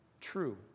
true